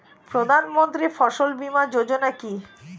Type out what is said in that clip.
প্রধানমন্ত্রী ফসল বীমা যোজনা কি?